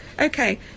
Okay